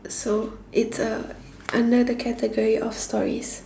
so it's a under the category of stories